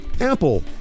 Apple